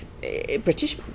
British